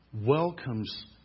welcomes